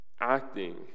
acting